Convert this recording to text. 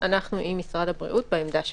אנחנו עם משרד הבריאות בעמדה שלו.